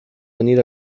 venir